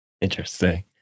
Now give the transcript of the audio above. Interesting